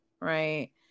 right